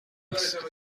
است